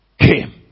came